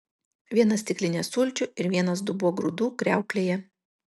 viena stiklinė sulčių ir vienas dubuo grūdų kriauklėje